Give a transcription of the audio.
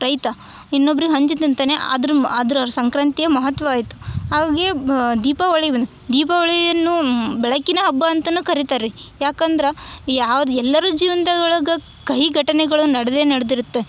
ರೈತ ಇನ್ನೊಬ್ಬರಿಗೆ ಹಂಚಿ ತಿಂತನೆ ಆದರು ಅದರು ಅವರ ಸಂಕ್ರಾಂತಿಯ ಮಹತ್ವ ಆಯಿತು ಹಾಗೆ ಬ್ ದೀಪಾವಳಿ ಬಂತು ದೀಪಾವಳಿಯನ್ನು ಬೆಳಕಿನ ಹಬ್ಬ ಅಂತನು ಕರಿತಾರೆ ಯಾಕಂದ್ರೆ ಯಾವುದು ಎಲ್ಲರು ಜೀವನ್ದ ಒಳಗೆ ಕಹಿ ಘಟನೆಗಳು ನಡ್ದೇ ನಡ್ದಿರುತ್ತೆ